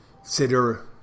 consider